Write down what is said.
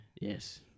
Yes